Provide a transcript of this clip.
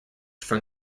from